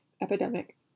epidemic